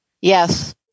Yes